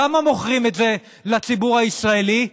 בכמה מוכרים את זה לציבור הישראלי?